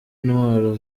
intwaro